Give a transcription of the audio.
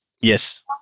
Yes